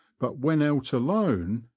but when out alone,